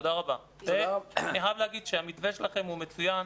ואני חייב להגיד שהמתווה שלכם הוא מצוין,